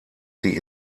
sie